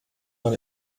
man